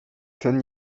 ten